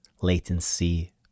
latency